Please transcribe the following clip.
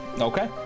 Okay